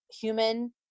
human